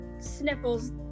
sniffles